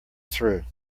through